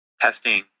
testing